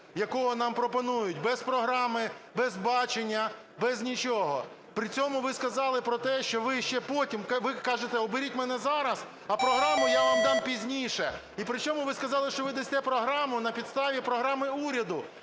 якого нам пропонують: без програми, без бачення, без нічого. При цьому ви сказали про те, що ви ще потім, ви кажете, оберіть мене зараз, а програму я вам дам пізніше, і при чому, ви сказали, що ви дасте програму на підставі програми уряду.